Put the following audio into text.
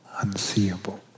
unseeable